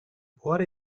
what